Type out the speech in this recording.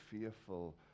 fearful